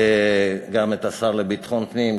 גם את השר לביטחון פנים,